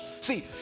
See